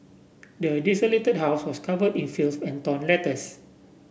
the desolated house was cover in filth and torn letters